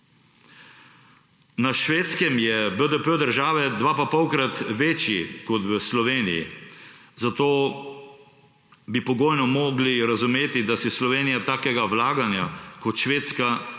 Na Švedskem je BDP države 2,5-krat večji kot v Sloveniji, zato bi pogojno mogli razumeti, da si Slovenija takega vlaganja kot Švedska ne